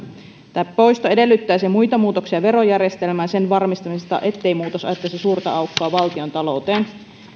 tämä poisto edellyttäisi muita muutoksia verojärjestelmään ja sen varmistamista ettei muutos aiheuttaisi suurta aukkoa valtiontalouteen